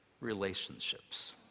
relationships